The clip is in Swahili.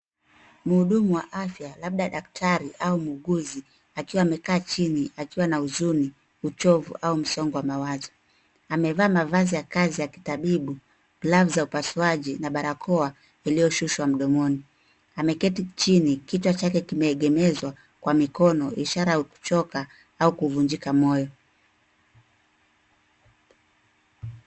Muhudumu wa afya labda daktari ama muuguzi akiwa amekaa chini akiwa na huzuni uchovu au msongo wa mawazo. Amevaa mavazi ya kazi ya kitabibu, glavu za upasuaji na barakoa iliyoshushwa mdomoni. Ameketi chini kichwa chake kimeegemezwa kwa mikono ishara ya kuchoka au kuvunjika moyo.